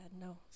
no